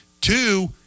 Two